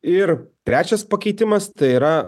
ir trečias pakeitimas tai yra